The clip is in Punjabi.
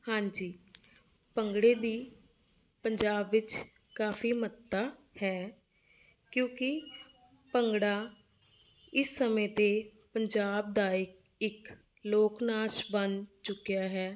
ਹਾਂਜੀ ਭੰਗੜੇ ਦੀ ਪੰਜਾਬ ਵਿੱਚ ਕਾਫੀ ਮਹੱਤਤਾ ਹੈ ਕਿਉਂਕਿ ਭੰਗੜਾ ਇਸ ਸਮੇਂ 'ਤੇ ਪੰਜਾਬ ਦਾ ਇੱਕ ਲੋਕ ਨਾਚ ਬਣ ਚੁੱਕਿਆ ਹੈ